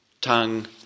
tongue